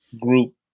group